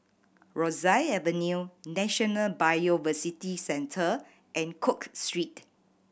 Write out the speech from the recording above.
Rosyth Avenue National Biodiversity Centre and Cook Street